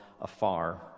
afar